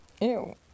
Ew